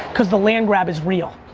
cause the land grab is real.